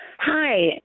Hi